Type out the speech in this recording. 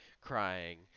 crying